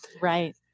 Right